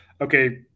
okay